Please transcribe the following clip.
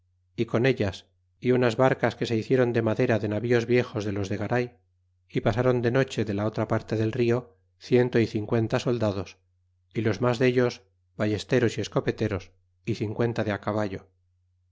y con ellas y unas barcas que se hicieron de madera de navíos viejos de los de garay y pasron de noche de la otra parte del rio ciento y cincuenta soldados y los mas dellos ballesteros y escopeteros y cincuenta de caballo